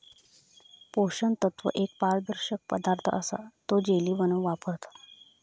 पोषण तत्व एक पारदर्शक पदार्थ असा तो जेली बनवूक वापरतत